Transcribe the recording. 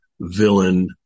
villain